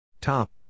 Top